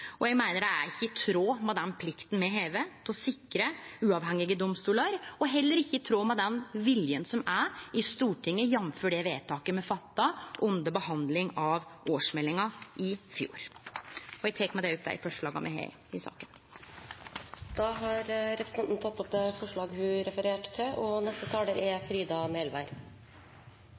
og eg meiner det ikkje er i tråd med den plikta me har til å sikre uavhengige domstolar, og heller ikkje i tråd med den viljen som er i Stortinget, jf. det vedtaket me fatta under behandlinga av årsmeldinga i fjor. Eg tek med dette opp dei forslaga me har i saka. Representanten Lene Vågslid har tatt opp de forslagene hun refererte til. Som tidlegare talarar har sagt, er